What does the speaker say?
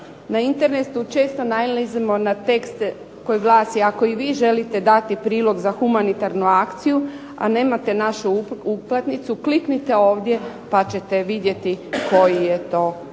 Na internetu često nailazimo na tekst koji glasi "Ako i vi želite dati prilog za humanitarnu akciju, a nemate našu uplatnicu, kliknite ovdje pa ćete vidjeti koji je to